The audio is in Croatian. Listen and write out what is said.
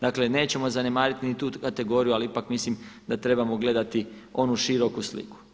Dakle, nećemo zanemariti ni tu kategoriju, ali ipak mislim da trebamo gledati onu široku sliku.